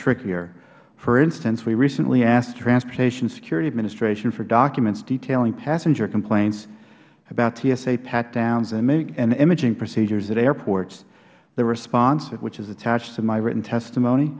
trickier for instance we recently asked the transportation security administration for documents detailing passenger complaints about tsa pat downs and imaging procedures at airports the response which is attached to my written testimony